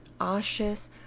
ashes